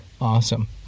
Awesome